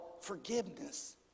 forgiveness